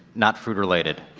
not food related.